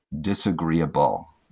disagreeable